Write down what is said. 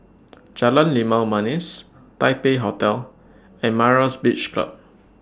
Jalan Limau Manis Taipei Hotel and Myra's Beach Club